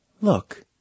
Look